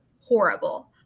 horrible